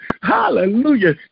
Hallelujah